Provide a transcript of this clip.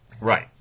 right